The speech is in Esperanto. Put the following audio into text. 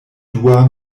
dua